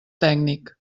tècnic